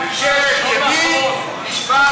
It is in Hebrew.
ממשלת ימין נשבעת למודיעין.